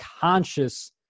conscious